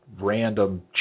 random